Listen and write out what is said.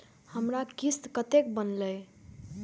हमर किस्त कतैक बनले?